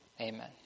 Amen